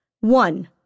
One